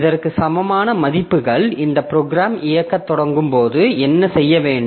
இதற்கு சமமான மதிப்புகள் இந்த ப்ரோக்ராம் இயக்கத் தொடங்கும் போது என்ன செய்ய வேண்டும்